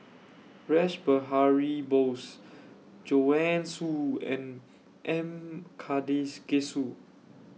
Rash Behari Bose Joanne Soo and M Karthigesu